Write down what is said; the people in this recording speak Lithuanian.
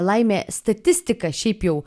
laimė statistika šiaip jau